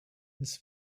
this